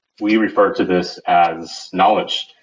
we refer to this as knowledge.